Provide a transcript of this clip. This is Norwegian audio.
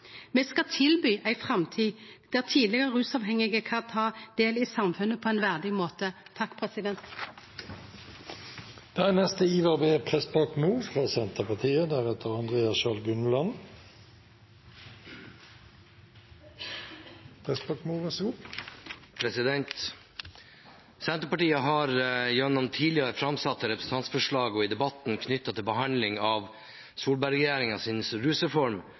Me skal tilby ei framtid der tidlegare rusavhengige kan ta del i samfunnet på ein verdig måte. Senterpartiet har gjennom tidligere framsatte representantforslag og i debatten knyttet til behandlingen av Solberg-regjeringens rusreform vært en tydelig stemme for at rusavhengige skal få behandling framfor straff og tilhenger av en rusreform